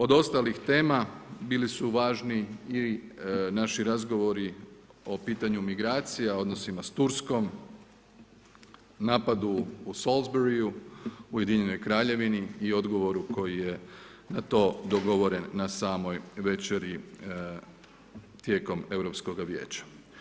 Od ostalih tema bili su važni i naši razgovori o pitanju migracija, odnosima s Turskom, napadu u Salisburyu u Ujedinjenoj Kraljevini i odgovoru koji je na to dogovoren na samoj večeri tijekom Europskoga vijeća.